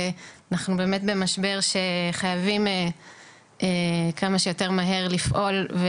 ואנחנו באמת במשבר שחייבים כמה שיותר מהר לפעול,